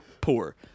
poor